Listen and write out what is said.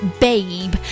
Babe